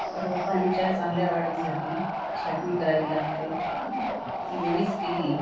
रोपांच्या चांगल्या वाढीसाठी छाटणी करावी लागते ती वेळीच केली